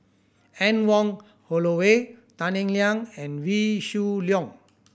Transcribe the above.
Anne Wong Holloway Tan Eng Liang and Wee Shoo Leong